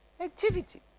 activity